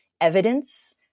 evidence